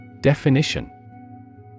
Definition